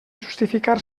justificar